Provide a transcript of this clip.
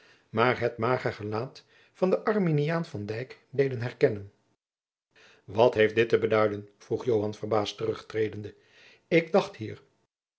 maar het mager gelaat van den arminiaan van dyk deden herkennen wat heeft dit te beduiden vroeg joan verbaasd terugtredende ik dacht hier